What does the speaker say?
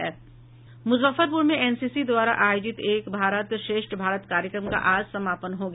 मूजफ्फरपुर में एनसीसी द्वारा आयोजित एक भारत श्रेष्ठ भारत कार्यक्रम का आज समापन हो गया